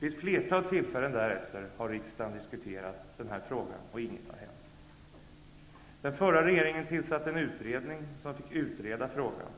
Vid ett flertal tillfällen därefter har riksdagen diskuterat den här frågan, och inget har hänt. Den förra regeringen tillsatte en utredning, som fick utreda frågan.